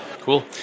Cool